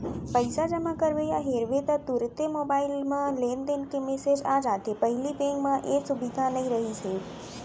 पइसा जमा करबे या हेरबे ता तुरते मोबईल म लेनदेन के मेसेज आ जाथे पहिली बेंक म ए सुबिधा नई रहिस हे